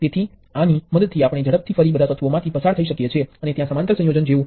જેનો હું વિચાર કરી રહ્યો છું